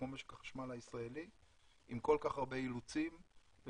כמו משק החשמל הישראלי עם כל כך הרבה אילוצים ובעיות.